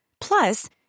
Plus